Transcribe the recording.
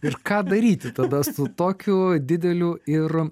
ir ką daryti tada su tokiu dideliu ir